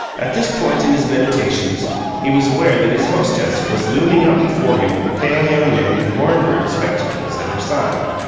at this point in his meditations he was aware that his hostess was looming up before him with a pale young man in horn-rimmed spectacles at her side.